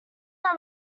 our